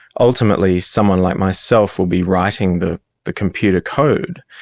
ultimately someone like myself will be writing the the computer code,